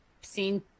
seen